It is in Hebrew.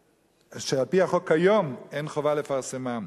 שעל-פי החוק כיום אין חובה לפרסמן.